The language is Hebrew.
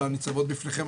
הניצבות בפניכם.